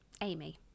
Amy